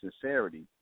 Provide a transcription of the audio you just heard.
sincerity